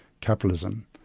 capitalism